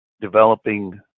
developing